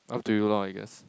up to you lor I guess